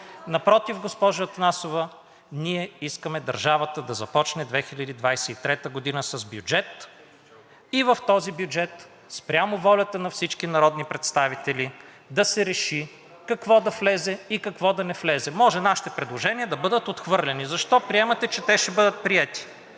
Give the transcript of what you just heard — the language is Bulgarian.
Напротив, госпожо Атанасова, ние искаме държавата да започне 2023 г. с бюджет и в този бюджет спрямо волята на всички народни представители да се реши какво да влезе и какво да не влезе. Може нашите предложения да бъдат отхвърлени. Защо приемате, че те ще бъдат приети?